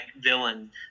villain